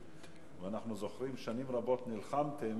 אנחנו זוכרים ששנים רבות נלחמתם